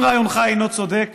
אם רעיונך אינו צודק,